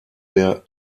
der